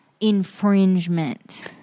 infringement